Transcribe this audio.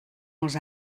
els